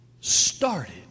started